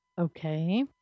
Okay